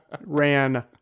ran